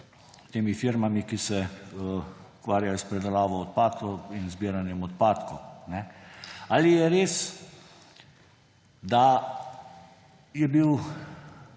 temi firmami, ki se ukvarjajo s predelavo odpadkov in zbiranjem odpadkov. Ali je res, da je bil